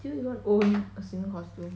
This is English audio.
do you even own a swimming costume